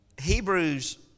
Hebrews